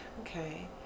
okay